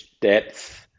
depth